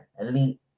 elite